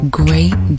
great